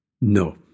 No